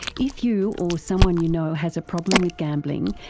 if you or someone you know has a problem with gambling,